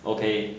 okay